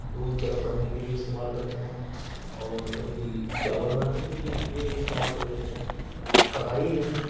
دودھ گرم کرنے کے لئے استعمال کرتے ہیں اور کبھی چاول بنانے کے بھی لئے لئے بھی استعمال کر لیتے ہیں کڑھائی ہے